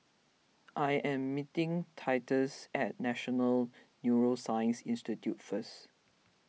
I am meeting Titus at National Neuroscience Institute first